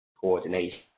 coordination